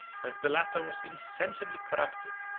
the latter was insensibly corrupted,